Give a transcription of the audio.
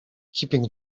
keeping